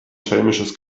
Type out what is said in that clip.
schelmisches